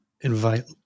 invite